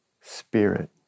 spirit